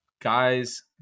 guys